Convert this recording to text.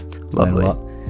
Lovely